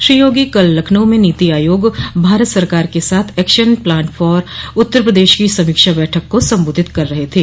श्री योगी कल लखनऊ में नीति आयोग भारत सरकार के साथ action plan for Uttar Pradesh की समीक्षा बैठक को संबोधित कर रहे थे